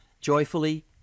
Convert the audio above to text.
Joyfully